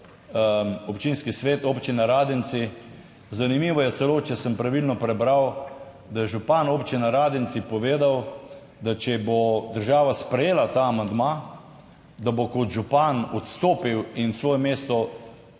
občinski svet Občine Radenci. Zanimivo je celo, če sem pravilno prebral, da je župan Občine Radenci povedal, da če bo država sprejela ta amandma, da bo kot župan odstopil in svoje mesto